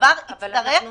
הדבר יצטרך להתברר.